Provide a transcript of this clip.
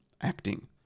acting